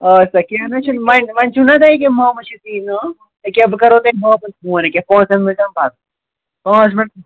آد سا کیٚنٛہہ نہٕ حظ چھُنہٕ وۄنۍ وۄنۍ چھُو نَہ تۄہہِ ییٚکیٛاہ محمد شفیٖع ناو ییٚکیٛاہ بہٕ کَرو تۄہہِ واپَس فون ییٚکیٛاہ پانٛژَن مِنٹَن پَتہٕ پانٛچ مِنَٹ